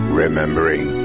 remembering